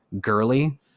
girly